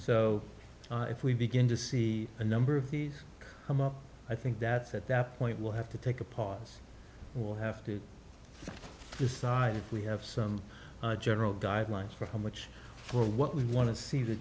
so if we begin to see a number of these come up i think that at that point we'll have to take a pause or have to decide if we have some general guidelines for how much or what we want to see the